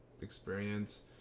experience